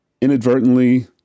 inadvertently